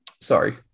sorry